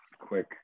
quick